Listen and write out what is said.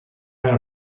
out